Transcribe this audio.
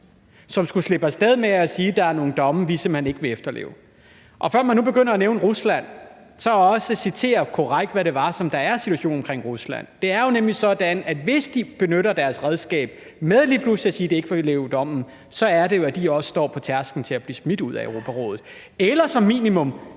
som kunne slippe af sted med at sige, at der er nogle domme, som man simpelt hen ikke vil efterleve? Før man nu begynder at nævne Rusland, så må man også citere korrekt, hvad der er situationen omkring Rusland. Det er jo nemlig sådan, at hvis de benytter deres redskab og lige pludselig siger, at de ikke vil efterleve dommen, så står de også på tærsklen til at blive smidt ud af Europarådet, eller der vil som